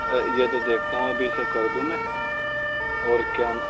یہ تو دیکھتا ہوں ابھی اسے کردوں میں اور کیا